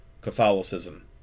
Catholicism